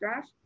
Josh